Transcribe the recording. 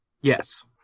Yes